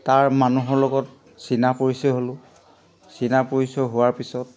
তাৰ মানুহৰ লগত চিনা পৰিচয় হ'লোঁ চিনা পৰিচয় হোৱাৰ পিছত